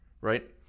Right